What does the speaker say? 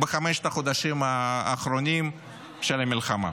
בחמשת החודשים האחרונים של המלחמה.